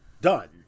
Done